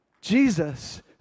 Jesus